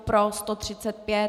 Pro 135.